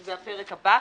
שזה הפרק הבא,